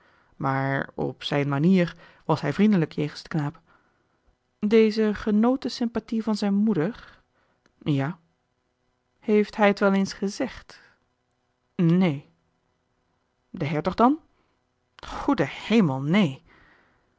maar op zijn manier was hij vriendelijk jegens den knaap deze genoot de sympathie van zijn moeder ja heeft hij het wel eens gezegd neen de hertog dan goede hemel neen